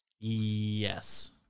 Yes